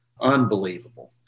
unbelievable